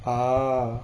uh